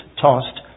tossed